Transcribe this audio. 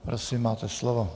Prosím, máte slovo.